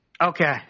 Okay